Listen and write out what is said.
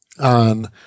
On